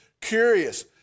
curious